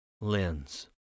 lens